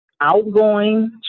outgoing